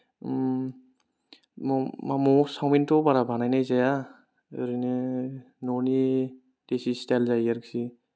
मम' सावमिनथ' बारा बानायनाय जाया ओरैनो न'नि देसि स्टाईल जायो आरोखि